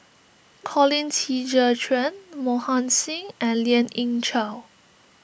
Colin Qi Zhe Quan Mohan Singh and Lien Ying Chow